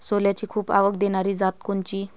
सोल्याची खूप आवक देनारी जात कोनची?